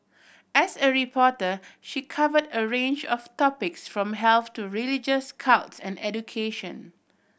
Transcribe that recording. as a reporter she covered a range of topics from health to religious cults and education